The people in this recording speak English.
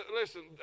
listen